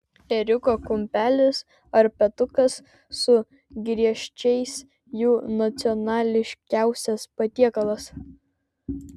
ėriuko kumpelis ar petukas su griežčiais jų nacionališkiausias patiekalas